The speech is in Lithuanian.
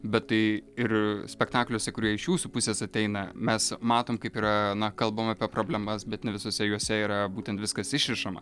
bet tai ir spektakliuose kurie iš jūsų pusės ateina mes matom kaip yra kalbama apie problemas bet ne visose jose yra būtent viskas išrišama